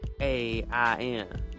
A-I-N